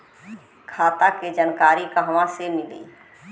खाता के जानकारी कहवा से मिली?